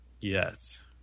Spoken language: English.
Yes